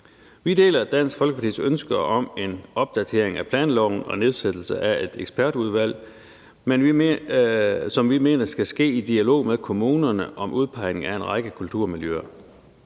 Vi deler Dansk Folkepartis ønske om en opdatering af planloven og nedsættelse af et ekspertudvalg, som vi mener skal ske i dialog med kommunerne om udpegning af en række kulturmiljøer.